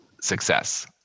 success